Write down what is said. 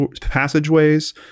passageways